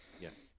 Yes